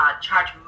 charge